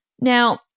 Now